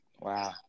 Wow